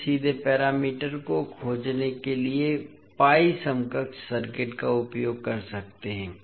हम सीधे पैरामीटर को खोजने के लिए पाई समकक्ष सर्किट का उपयोग कर सकते हैं